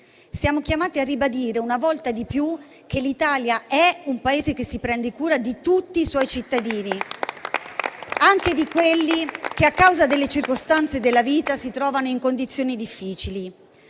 Siamo chiamati a ribadire una volta di più che l'Italia è un Paese che si prende cura di tutti i suoi cittadini, anche di quelli che, a causa delle circostanze della vita, si trovano in condizioni difficili.